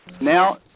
Now